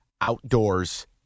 outdoors